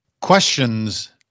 questions